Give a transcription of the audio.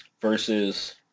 versus